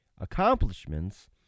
accomplishments